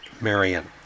Marion